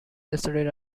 studied